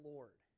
Lord